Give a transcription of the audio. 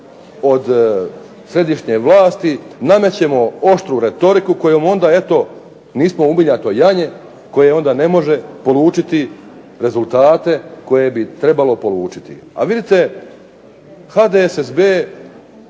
od središnje vlasti, namećemo oštru retoriku kojom onda eto nismo umiljato janje koje onda ne može polučiti rezultate koje bi trebalo polučiti. A vidite, HDSSB